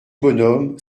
bonhomme